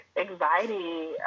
anxiety